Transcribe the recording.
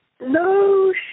No